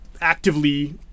actively